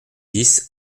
dix